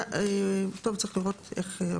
טוב, צריך לראות איך.